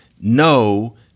no